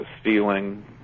stealing